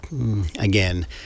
again